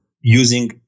using